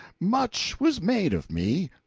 much was made of me.